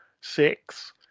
six